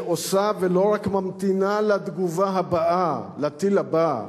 שעושה ולא רק ממתינה לתגובה הבאה, לטיל הבא.